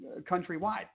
countrywide